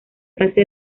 frase